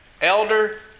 Elder